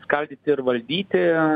skaldyti ir valdyti